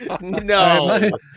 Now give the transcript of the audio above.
No